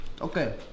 Okay